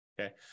Okay